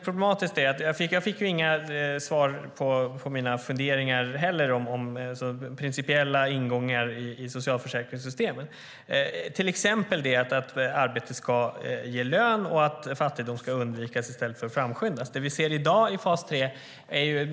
Jag fick inga svar på mina funderingar heller, om principiella ingångar i socialförsäkringssystemen, till exempel att arbetet ska ge lön och att fattigdom ska undvikas i stället för att framskyndas.